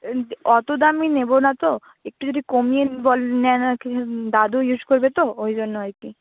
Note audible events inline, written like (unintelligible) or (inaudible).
(unintelligible) অত দামি নেব না তো একটু যদি কমিয়ে (unintelligible) নেন আর কি (unintelligible) দাদু ইউজ করবে তো ওইজন্য আর কি